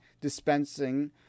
dispensing